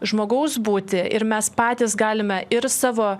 žmogaus būtį ir mes patys galime ir savo